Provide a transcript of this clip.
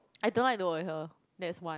I don't like to work with her that's one